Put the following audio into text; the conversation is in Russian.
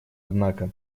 однако